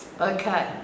Okay